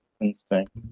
instinct